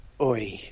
Oi